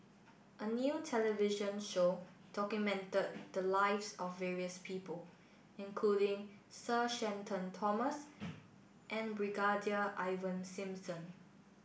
a new television show documented the lives of various people including Sir Shenton Thomas and Brigadier Ivan Simson